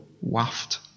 waft